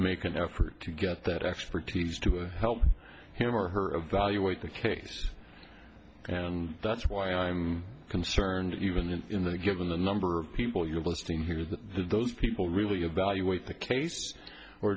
make an effort to get that expertise to help him or her evaluate the case and that's why i'm concerned even in the given the number of people you're listing here that those people really evaluate the case or